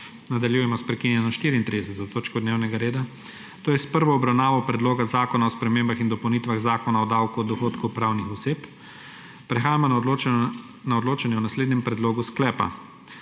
Nadaljujemo s prekinjeno 34. točko dnevnega reda, to je s prvo obravnavo Predloga zakona o spremembah in dopolnitvah Zakona o davku od dohodkov pravnih oseb. Prehajamo na odločanje o naslednjem predlogu sklepa: